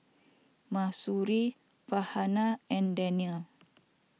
Mahsuri Farhanah and Daniel